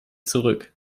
zurück